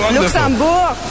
Luxembourg